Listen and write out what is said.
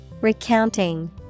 Recounting